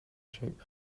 shape